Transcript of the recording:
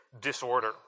disorder